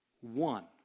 one